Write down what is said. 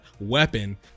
weapon